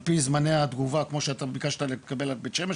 על פי זמני התגובה כמו שאתה ביקשת לקבל על בית שמש,